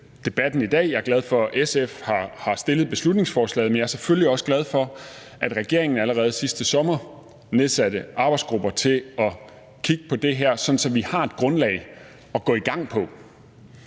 Jeg er glad for, at SF har fremsat beslutningsforslaget, men jeg er selvfølgelig også glad for, at regeringen allerede sidste sommer nedsatte arbejdsgrupper til at kigge på det her, sådan at vi har et grundlag at gå i gang på.